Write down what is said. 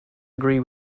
agree